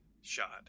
shot